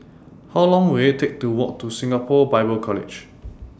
How Long Will IT Take to Walk to Singapore Bible College